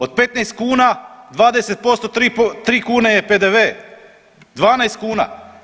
Od 15 kuna, 20%, 3 kune je PDV, 12 kuna.